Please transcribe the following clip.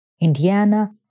Indiana